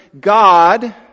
God